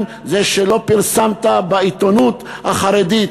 שנית, שלא פרסמת בעיתונות החרדית.